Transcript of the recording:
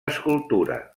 escultura